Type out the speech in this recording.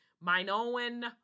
Minoan